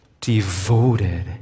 devoted